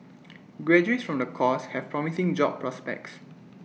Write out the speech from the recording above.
graduates from the course have promising job prospects